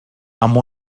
amb